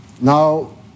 Now